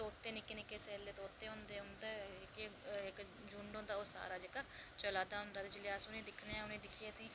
तोते निक्के निक्के सैल्ले तोते होंदे उं''दा जेह्का झुंड होंदा ओह् सारा जेह्का चला दा होंदा ते जेल्लै अस उनेंगी दिक्खने आं ते असेंगी